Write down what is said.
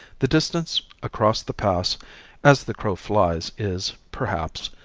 the distance across the pass as the crow flies is, perhaps,